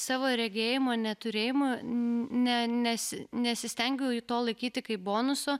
savo regėjimo neturėjimą ne nesi nesistengiu to laikyti kaip bonusu